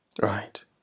Right